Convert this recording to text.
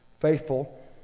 faithful